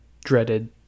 dreaded